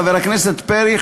חבר הכנסת פרי,